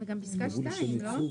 גם פסקה 2, לא?